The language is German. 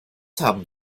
haben